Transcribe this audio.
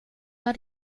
war